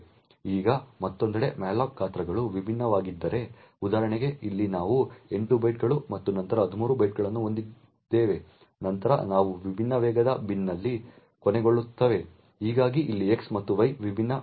ಈಗ ಮತ್ತೊಂದೆಡೆ malloc ಗಾತ್ರಗಳು ವಿಭಿನ್ನವಾಗಿದ್ದರೆ ಉದಾಹರಣೆಗೆ ಇಲ್ಲಿ ನಾವು 8 ಬೈಟ್ಗಳು ಮತ್ತು ನಂತರ 13 ಬೈಟ್ಗಳನ್ನು ಹೊಂದಿದ್ದೇವೆ ನಂತರ ಅವು ವಿಭಿನ್ನ ವೇಗದ ಬಿನ್ನಲ್ಲಿ ಕೊನೆಗೊಳ್ಳುತ್ತವೆ ಹೀಗಾಗಿ ಇಲ್ಲಿ x ಮತ್ತು y ವಿಭಿನ್ನ ವಿಳಾಸಗಳನ್ನು ಪಡೆಯುತ್ತವೆ